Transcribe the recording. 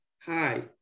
hi